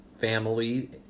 family